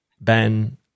Ben